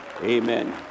Amen